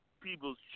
people's